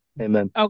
Amen